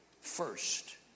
first